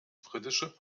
britische